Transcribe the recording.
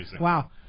Wow